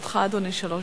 חבר הכנסת ציון